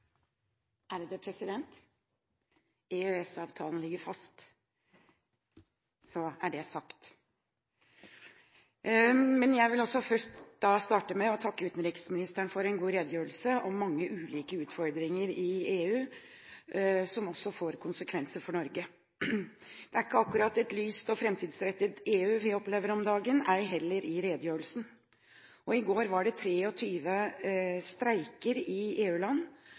redegjørelse om mange ulike utfordringer i EU, som også får konsekvenser for Norge. Det er ikke akkurat et lyst og framtidsrettet EU vi opplever om dagen, ei heller i redegjørelsen. I går var det 23 streiker i